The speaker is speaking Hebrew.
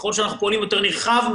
ככל שאנחנו פועלים באופן נרחב יותר